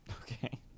Okay